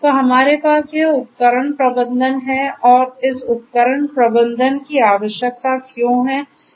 तो हमारे पास यह उपकरण प्रबंधन है और इस उपकरण प्रबंधन की आवश्यकता क्यों है